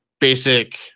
basic